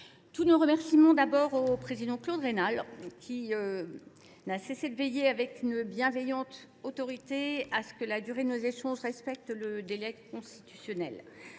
Tous nos remerciements d'abord au Président Claude Rénal qui n'a cessé de veiller avec une bienveillante autorité à ce que la durée de nos échanges respecte le délai constitutionnel.